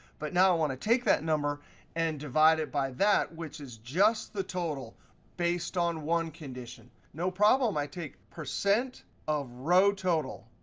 but now i want to take that number and divide it by that, which is just the total based on one condition. no problem, i take percent of row total.